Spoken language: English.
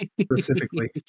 specifically